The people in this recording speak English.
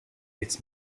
its